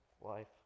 life